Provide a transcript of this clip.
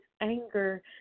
anger